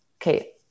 okay